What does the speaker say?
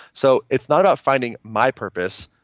so it's not about finding my purpose,